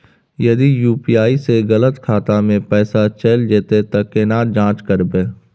यदि यु.पी.आई स गलत खाता मे पैसा चैल जेतै त केना जाँच करबे?